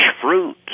fruit